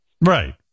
Right